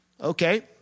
Okay